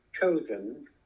chosen